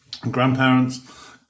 grandparents